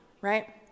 right